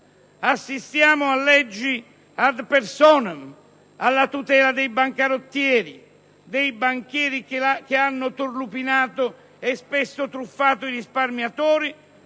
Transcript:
Assistiamo a leggi *ad personam*, alla tutela dei bancarottieri e dei banchieri che hanno turlupinato e spesso truffato i risparmiatori